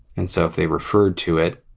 and so if they referred to it,